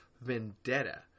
vendetta